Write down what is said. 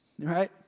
right